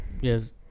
Yes